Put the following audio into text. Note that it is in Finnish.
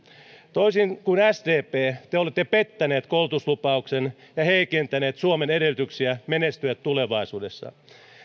toisin kuin sdp te olette pettäneet koulutuslupauksen ja heikentäneet suomen edellytyksiä menestyä tulevaisuudessa